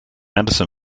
anderson